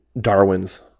Darwin's